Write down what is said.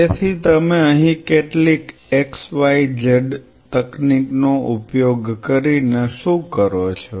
તેથી તમે અહીં કેટલીક xyz તકનીકનો ઉપયોગ કરીને શું કરો છો